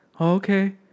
Okay